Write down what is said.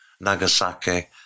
Nagasaki